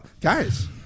Guys